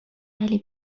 ولی